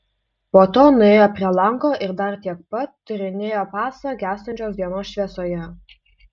po to nuėjo prie lango ir dar tiek pat tyrinėjo pasą gęstančios dienos šviesoje